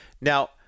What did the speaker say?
Now